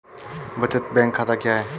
बचत बैंक खाता क्या है?